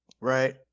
right